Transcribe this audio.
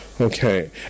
Okay